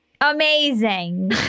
Amazing